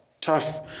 tough